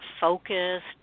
focused